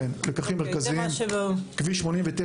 כביש 89,